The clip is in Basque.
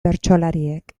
bertsolariek